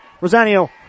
Rosanio